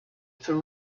for